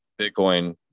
Bitcoin